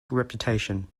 reputation